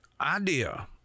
idea